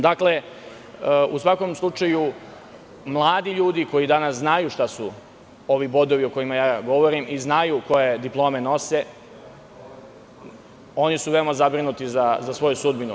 Dakle, u svakom slučaju mladi ljudi koji danas znaju šta su ovi bodovi o kojima govorim i znaju koje diplome nose, oni su veoma zabrinuti za svoju sudbinu.